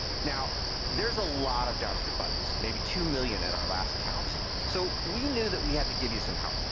now, there's a lot of javascript buttons, maybe two million at our last count. so we knew that we had to give you some help.